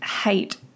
hate